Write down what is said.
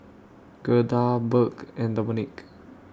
Gerda Burk and Dominique